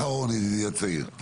משפט אחרון, ידידי הצעיר.